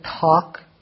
talk